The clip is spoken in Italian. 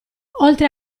oltre